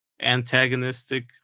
antagonistic